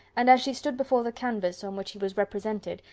and as she stood before the canvas on which he was represented,